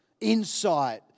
insight